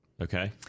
Okay